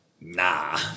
nah